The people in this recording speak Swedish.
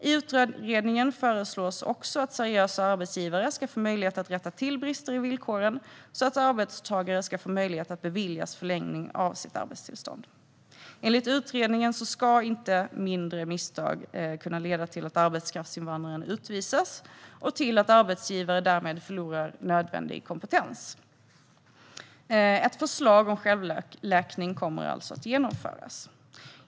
I utredningen föreslås också att seriösa arbetsgivare ska få möjlighet att rätta till brister i villkoren så att arbetstagare får möjlighet att beviljas förlängning av sitt arbetstillstånd. Enligt utredningen ska inte mindre misstag kunna leda till att arbetskraftsinvandraren utvisas och till att arbetsgivare därmed förlorar nödvändig kompetens. Ett förslag om självläkning kommer alltså att genomföras.